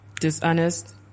dishonest